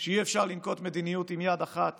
שאי-אפשר לנקוט מדיניות עם יד אחת